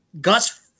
Gus